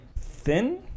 thin